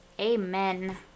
Amen